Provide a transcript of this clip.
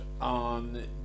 on